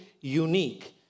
unique